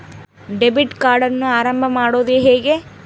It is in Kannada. ಡೆಬಿಟ್ ಕಾರ್ಡನ್ನು ಆರಂಭ ಮಾಡೋದು ಹೇಗೆ?